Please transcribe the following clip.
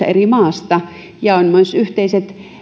eri maasta ja oli myös yhteiset